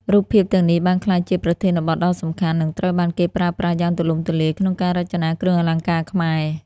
រូបភាពទាំងនេះបានក្លាយជាប្រធានបទដ៏សំខាន់ និងត្រូវបានគេប្រើប្រាស់យ៉ាងទូលំទូលាយក្នុងការរចនាគ្រឿងអលង្ការខ្មែរ។